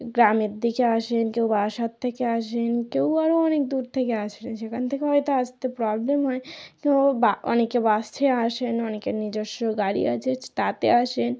গ্রামের দিকে আসেন কেউ বারাসত থেকে আসেন কেউ আরও অনেক দূর থেকে সেখান থেকে হয়তো আসতে প্রবলেম হয় বা অনেকে বাসে আসেন অনেকের নিজস্ব গাড়ি আছে তাতে আসেন